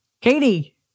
Katie